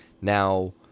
Now